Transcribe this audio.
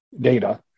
data